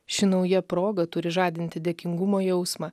ši nauja proga turi žadinti dėkingumo jausmą